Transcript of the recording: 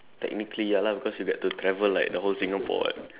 technically ya lah because you get to travel like the whole Singapore [what]